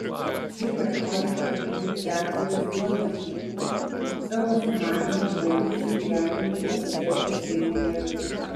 šįkart projekto iniciatorius juozas zykus savo sumanymą bandys įgyvendinti pasitelkęs seimo narius